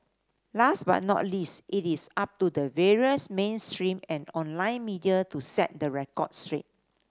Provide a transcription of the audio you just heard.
last but not least it is up to the various mainstream and online media to set the record straight